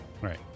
Right